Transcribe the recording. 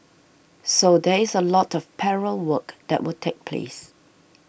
so there is a lot of parallel work that will take place